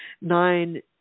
Nine